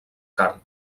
carn